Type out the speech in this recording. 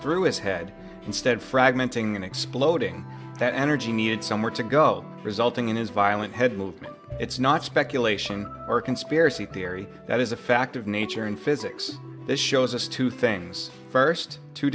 through his head instead fragment and exploding that energy needed somewhere to go resulting in his violent head movement it's not speculation or a conspiracy theory that is a fact of nature and physics this shows us two things first two